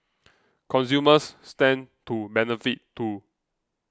consumers stand to benefit too